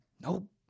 Nope